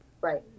Right